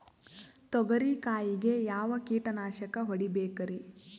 ತೊಗರಿ ಕಾಯಿಗೆ ಯಾವ ಕೀಟನಾಶಕ ಹೊಡಿಬೇಕರಿ?